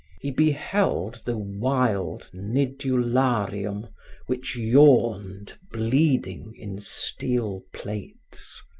he beheld the wild nidularium which yawned, bleeding, in steel plates.